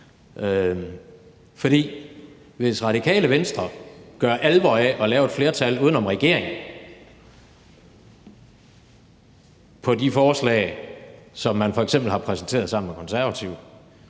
For hvis Radikale Venstre gør alvor af at lave et flertal uden om regeringen på de forslag, som man f.eks. har præsenteret sammen med Konservative,